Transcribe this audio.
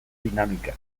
dinamika